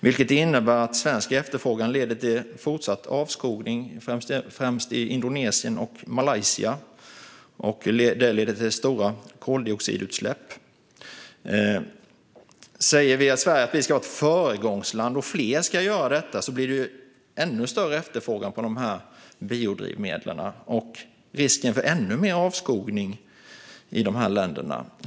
Detta innebär att svensk efterfrågan leder till fortsatt avskogning, främst i Indonesien och Malaysia, vilket leder till stora koldioxidutsläpp. Om Sverige ska vara ett föregångsland och fler ska göra likadant blir efterfrågan på dessa biodrivmedel ännu större, och avskogningen riskerar att bli ännu mer omfattande i dessa länder.